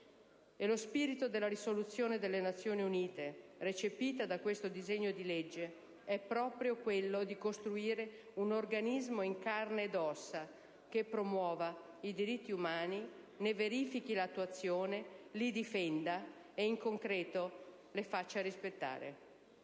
E lo spirito della risoluzione delle Nazioni Unite recepito da questo disegno di legge è proprio quello di costruire un organismo in "carne e ossa" che promuova i diritti umani, ne verifichi l'attuazione, li difenda, e in concreto li faccia rispettare.